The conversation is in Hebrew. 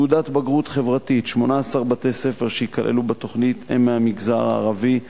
"תעודת בגרות חברתית" 18 בתי-ספר שייכללו בתוכנית הם מהמגזר הערבי,